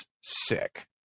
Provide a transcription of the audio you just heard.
sick